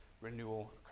Renewal